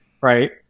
right